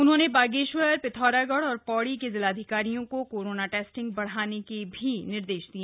उन्होंने बागेश्वर पिथौरागढ़ और पौड़ी के जिलाधिकारियों को कोरोना टेस्टिंग बढ़ाने के निर्देश भी दिए